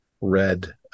red